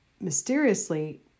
mysteriously